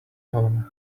home